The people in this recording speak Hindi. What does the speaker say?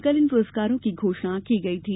कल इन पुरस्कारों की घोषणा की गई थी